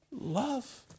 love